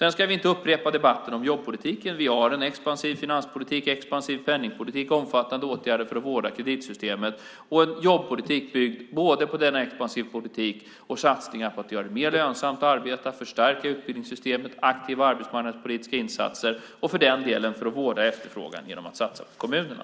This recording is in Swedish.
Vi ska inte upprepa debatten om jobbpolitiken. Vi har en expansiv finanspolitik, expansiv penningpolitik och omfattande åtgärder för att vårda kreditsystemet och en jobbpolitik byggd både på en expansiv politik och på satsningar på att göra det mer lönsamt att arbeta, på att förstärka utbildningssystemet, på aktiva arbetsmarknadspolitiska insatser och för den delen på att vårda efterfrågan genom att satsa på kommunerna.